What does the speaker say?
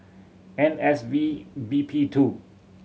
N S V B P two